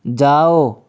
जाओ